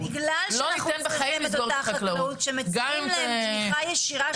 ובגלל --- את אותה חקלאות שמציבים להם תמיכה ישירה,